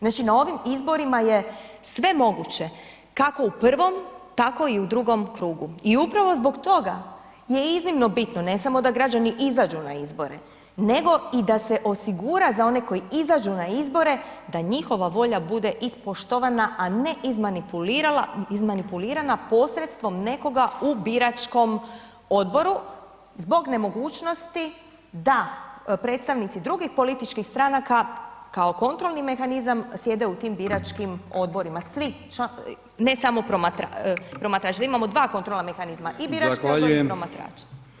Znači na ovim izborima je sve moguće, kako u prvom, tako i u drugom krugu i upravo zbog toga je iznimno bitno, ne samo da građani izađu na izbore nego i da se osigura za one koji izađu na izbore, da njihova volja bude ispoštovana a ne izmanipulirana posredstvom nekoga u biračkom odboru zbog nemogućnosti da predstavnici drugih političkih stranaka kao kontrolni mehanizam sjede u tim biračkim odborima, svi, ne samo promatrač, da imamo dva kontrolna mehanizma i biračke odbore i promatrače.